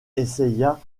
essaya